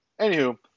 Anywho